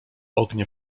ognie